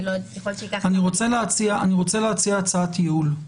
אני רוצה להציע הצעת ייעול.